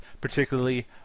Particularly